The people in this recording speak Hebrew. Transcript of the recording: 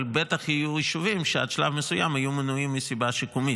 אבל בטח יהיו יישובים שעד שלב מסוים יהיו מנועים מסיבה שיקומית.